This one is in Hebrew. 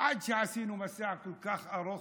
עד שעשינו מסע כל כך ארוך